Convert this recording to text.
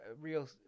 real